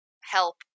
help